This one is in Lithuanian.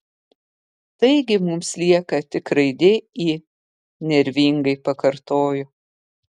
taigi mums lieka tik raidė i nervingai pakartojo